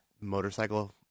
motorcycle